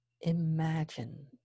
imagine